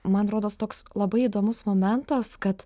man rodos toks labai įdomus momentas kad